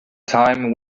time